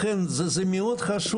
הרבה שנים,